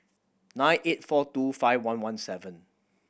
nine eight four two five one one seven